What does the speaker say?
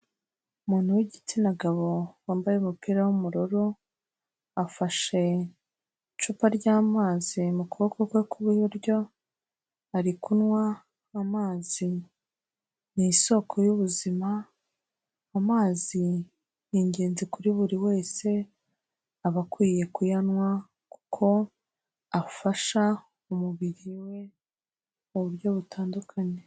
Umuntu w'igitsina gabo wambaye umupira w'ubururu, afashe icupa ry'amazi mu kuboko kwe kw'iburyo, ari kunywa amazi ni isoko y'ubuzima, amazi ni ingenzi kuri buri wese, aba akwiye kuyanywa, kuko afasha umubiri we mu buryo butandukanye.